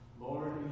Lord